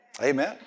Amen